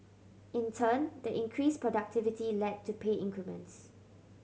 in turn the increased productivity led to pay increments